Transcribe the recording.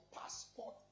passport